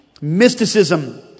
mysticism